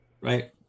right